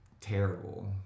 terrible